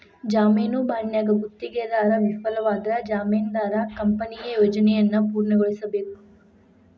ಜಾಮೇನು ಬಾಂಡ್ನ್ಯಾಗ ಗುತ್ತಿಗೆದಾರ ವಿಫಲವಾದ್ರ ಜಾಮೇನದಾರ ಕಂಪನಿಯ ಯೋಜನೆಯನ್ನ ಪೂರ್ಣಗೊಳಿಸಬೇಕ